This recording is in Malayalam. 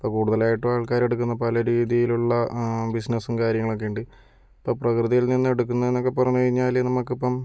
ഇപ്പോൾ കൂടുതലായിട്ട് ആൾക്കാർ എടുക്കുന്ന പലരീതിയിലുള്ള ബിസിനസും കാര്യങ്ങളൊക്കെയുണ്ട് ഇപ്പോൾ പ്രകൃതിയിൽ നിന്ന് എടുക്കുന്ന എന്നൊക്കെ പറഞ്ഞുകഴിഞ്ഞാൽ നമുക്കിപ്പോൾ